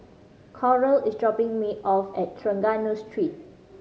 Coral is dropping me off at Trengganu Street